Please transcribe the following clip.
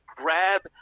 grab